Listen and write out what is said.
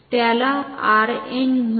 त्याला आरएन म्हणा